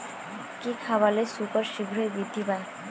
কি খাবালে শুকর শিঘ্রই বৃদ্ধি পায়?